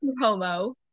Homo